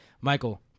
Michael